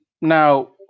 Now